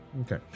okay